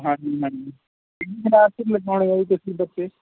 ਹਾਂਜੀ ਹਾਂਜੀ ਕਿਹੜੀ ਕਲਾਸ 'ਚ ਲਗਾਉਣੇ ਹੈ ਜੀ ਤੁਸੀਂ ਬੱਚੇ